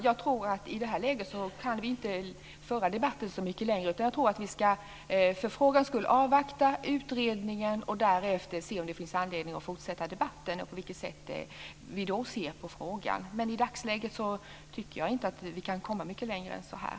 Fru talman! I det här läget tror jag inte att vi kan föra debatten så mycket längre. Jag tror att vi för frågans skull ska avvakta utredningen och därefter se om det finns anledning att fortsätta debatten och hur vi då ser på frågan. I dagsläget tycker jag inte att vi kan komma mycket längre än så här.